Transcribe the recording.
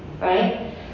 right